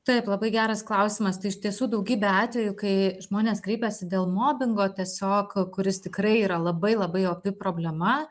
taip labai geras klausimas tai iš tiesų daugybė atvejų kai žmonės kreipiasi dėl mobingo tiesiog kuris tikrai yra labai labai opi problema